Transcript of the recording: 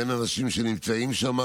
אין אנשים שנמצאים שם,